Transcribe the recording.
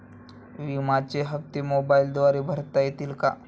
विम्याचे हप्ते मोबाइलद्वारे भरता येतील का?